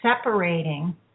separating